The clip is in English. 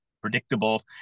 predictable